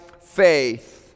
faith